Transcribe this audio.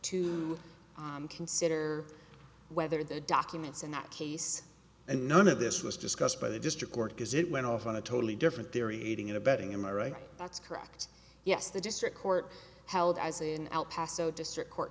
to consider whether the documents in that case and none of this was discussed by the district court because it went off on a totally different theory aiding and abetting in my right that's correct yes the district court held as in el paso district court